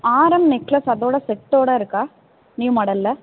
ஆரம் நெக்லஸ் அதோட செட்டோடு இருக்கா நியூ மாடலில்